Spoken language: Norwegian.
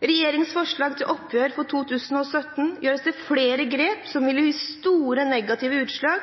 I regjeringens forslag til oppgjør for 2017 gjøres det flere grep som vil gi store negative utslag